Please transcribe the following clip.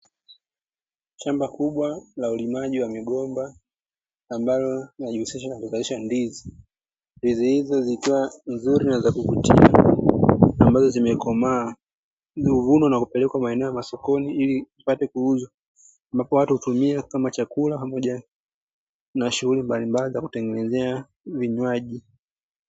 Shamba kubwa la Ulimaji wa Migomba ambalo linajihusisha na kuzalisha ndizi. Ndizi hizo zikiwa nzuri na za kuvutia ambazo zimekomaa. Zilizovunwa na kupelekwa maeneo ya masokoni ili zipate kuuzwa. Ambapo watu hutumia kama chakula pamoja na shughuli mbalimbali za kutengenezea vinywaji.